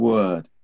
Word